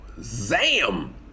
Zam